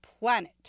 planet